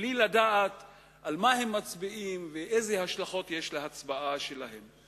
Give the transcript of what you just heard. בלי לדעת על מה הם מצביעים ואיזה השלכות יש להצבעה שלהם.